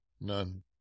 None